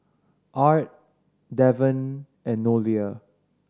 Art Deven and Nolia